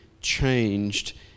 changed